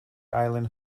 island